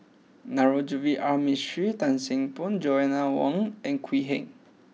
Navroji R Mistri Tan Seng Poh and Joanna Wong and Quee Heng